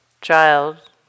child